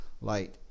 light